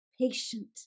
patient